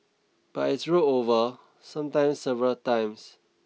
but it's rolled over sometimes several times